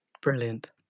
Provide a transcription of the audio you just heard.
Brilliant